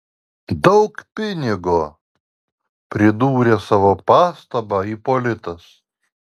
daug pinigo pridūrė savo pastabą ipolitas